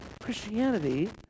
Christianity